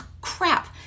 crap